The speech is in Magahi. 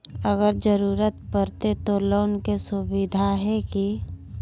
अगर जरूरत परते तो लोन के सुविधा है की?